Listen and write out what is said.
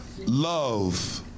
Love